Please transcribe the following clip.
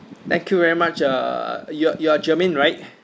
thank you very much uh you you are germaine right